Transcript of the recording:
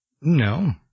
No